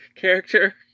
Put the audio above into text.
character